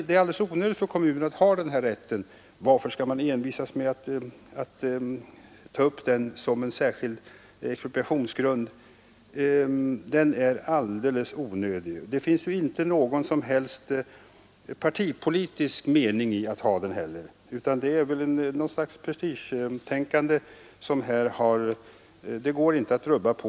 Det är alldeles onödigt för kommunerna att ha denna rätt, och varför skall man envisas med att ta upp den som en särskild expropriationsgrund. Den är alldeles onödig. Det finns inte någon som helst partipolitisk mening i att ha den heller, utan det är väl något slags prestigetänkande.